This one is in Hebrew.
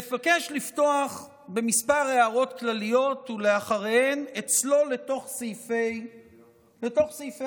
אבקש לפתוח בכמה הערות כלליות ואחריהן אצלול לתוך סעיפי החוק.